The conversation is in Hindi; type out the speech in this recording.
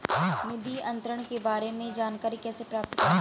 निधि अंतरण के बारे में जानकारी कैसे प्राप्त करें?